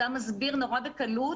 זה היה מסביר נורא בקלות.